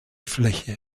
fläche